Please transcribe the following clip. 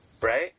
Right